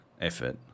effort